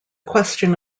question